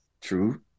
True